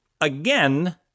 again